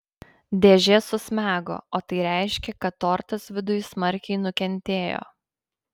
dėžė susmego o tai reiškė kad tortas viduj smarkiai nukentėjo